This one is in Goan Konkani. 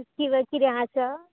किंवा कितें आसा